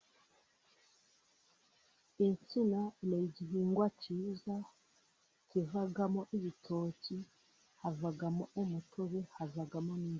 Insina ni igihingwa cyiza kivamo ibitoki, havamo umutobe, havamo n'inzoga.